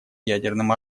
ядерным